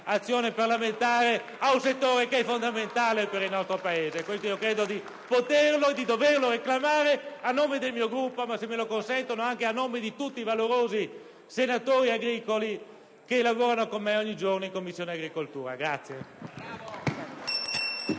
azione parlamentare ad un settore che è fondamentale per il nostro Paese. *(Applausi dal Gruppo PdL)*. Credo di poterlo e doverlo reclamare a nome del mio Gruppo, e, se me lo consentono, anche a nome di tutti i valorosi senatori "agricoli" che lavorano con me ogni giorno in Commissione agricoltura.